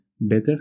better